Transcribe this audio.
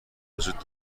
وجود